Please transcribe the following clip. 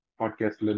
podcast